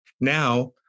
now